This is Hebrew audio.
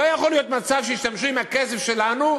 לא יכול להיות מצב שישתמשו בכסף שלנו,